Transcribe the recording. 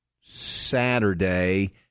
saturday